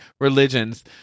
religions